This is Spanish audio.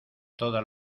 todas